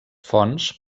fonts